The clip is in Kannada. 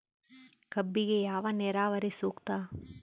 ಕಬ್ಬಿಗೆ ಯಾವ ನೇರಾವರಿ ಸೂಕ್ತ?